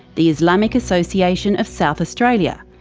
the islamic association of south australia,